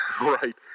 Right